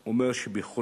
הוא אומר שבחולון,